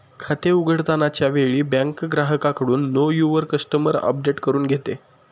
खाते उघडताना च्या वेळी बँक ग्राहकाकडून नो युवर कस्टमर अपडेट करून घेते